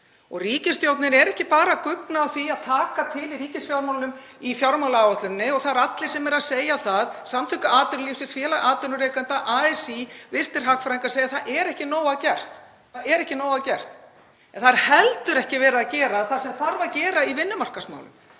Ríkisstjórnin er ekki bara að guggna á því að taka til í ríkisfjármálunum í fjármálaáætluninni, og það eru allir sem eru að segja það; Samtök atvinnulífsins, Félag atvinnurekenda, ASÍ, virtir hagfræðingar segja að það sé ekki nóg að gert. Það er heldur ekki verið að gera það sem þarf að gera í vinnumarkaðsmálum.